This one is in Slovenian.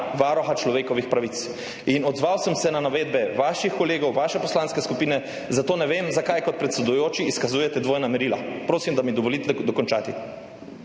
Varuha človekovih pravic. Odzval sem se na navedbe vaših kolegov, vaše poslanske skupine, zato ne vem, zakaj kot predsedujoči izkazujete dvojna merila. Prosim, da mi dovolite dokončati.